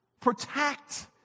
Protect